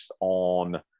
on